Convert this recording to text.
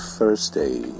Thursday